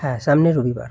হ্যাঁ সামনের রবিবার